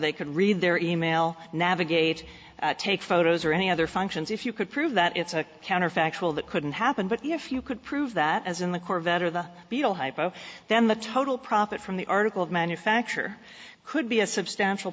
they could read their email navigate take photos or any other functions if you could prove that it's a counterfactual that couldn't happen but if you could prove that as in the corvette or the beetle hypo then the total profit from the article of manufacture could be a substantial